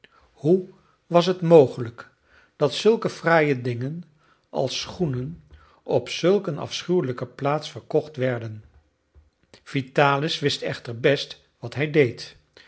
hoe was het mogelijk dat zulke fraaie dingen als schoenen op zulk een afschuwelijke plaats verkocht werden vitalis wist echter best wat hij deed